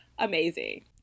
amazing